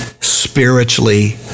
spiritually